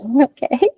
Okay